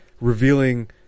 revealing